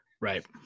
Right